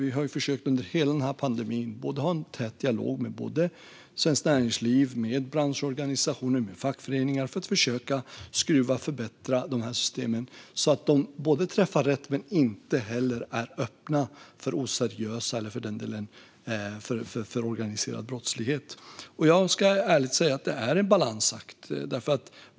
Vi har under hela pandemin försökt att ha en tät dialog med Svenskt Näringsliv, branschorganisationer och fackföreningar för att försöka skruva på och förbättra systemen så att de träffar rätt men inte är öppna för oseriösa eller för organiserad brottslighet. Jag ska ärligt säga att det är en balansakt.